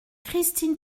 christine